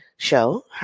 show